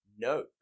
No